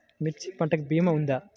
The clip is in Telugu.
మిర్చి పంటకి భీమా ఉందా?